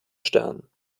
sternen